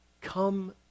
come